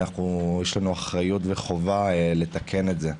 יש לנו אחריות וחובה לתקן את זה.